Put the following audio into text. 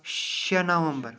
شےٚ نومبر